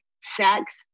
sex